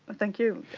ah thank you.